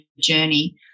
journey